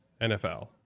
NFL